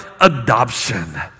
adoption